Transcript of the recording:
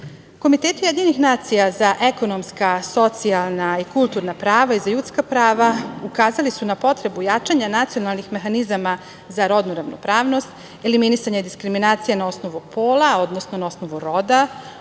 školama. Komiteti UN za ekonomska, socijalna i kulturna prava i za ljudska prava ukazali su na potrebu jačanja nacionalnih mehanizama za rodnu ravnopravnost, eliminisanje diskriminacije na osnovu pola, odnosno na osnovu roda,